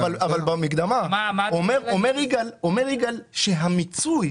אבל במקדמה אומר יגאל שהמיצוי,